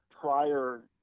prior